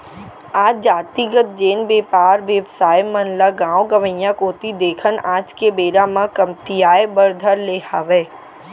आज जातिगत जेन बेपार बेवसाय मन ल गाँव गंवाई कोती देखन आज के बेरा म कमतियाये बर धर ले हावय